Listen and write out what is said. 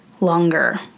longer